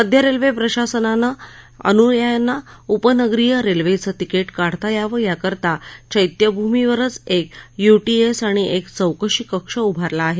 मध्य रेल्वे प्रशासनानं ही अनुयायांना उपनगरीय रेल्वेचं तिकिट काढता यावं याकरता चैत्यभूमीवरच एक युटीएस आणि एक चौकशी कक्ष उभारला आहे